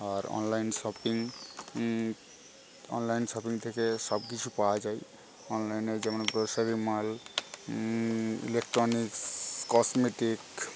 আর online shopping online shopping থেকে সব কিছু পাওয়া যায় অনলাইনে যেমন গ্রসারি মাল ইলেকট্রনিক্স কসমেটিক